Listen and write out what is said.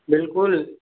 بالکل